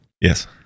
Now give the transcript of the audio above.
Yes